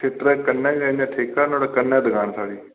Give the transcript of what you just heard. थेटरे कन्नै गै इ'यां ओह्दे कन्नै गै दकान साढ़ी